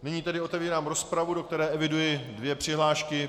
Nyní tedy otevírám rozpravu, do které eviduji dvě přihlášky.